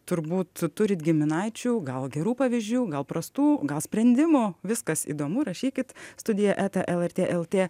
turbūt turit giminaičių gal gerų pavyzdžių gal prastų gal sprendimų viskas įdomu rašykit studija eta lrt lt